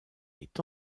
est